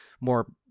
more